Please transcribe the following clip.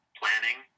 planning